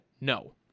no